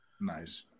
Nice